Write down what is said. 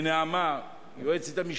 3) קריאה שלישית.